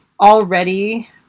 already